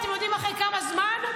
אתם יודעים אחרי כמה זמן?